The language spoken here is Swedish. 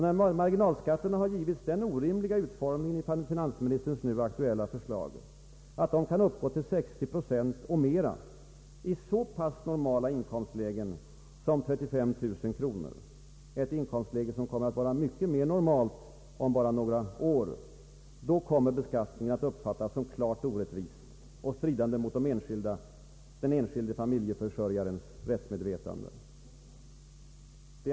När marginalskatterna har givits den orimliga utformningen i finansministerns nu aktuella förslag att de kan uppgå till 60 procent och mera i så pass normala in komstlägen som 35000 kronor — ett inkomstläge som kommer att vara ännu mera normalt om bara några år — då kommer beskattningen att uppfattas såsom klart orättvis och stridande mot den enskilde familjeförsörjarens rättsmedvetande.